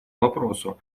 вопросу